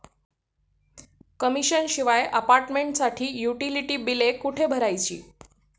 Commission शिवाय अपार्टमेंटसाठी utility बिले कुठे भरायची?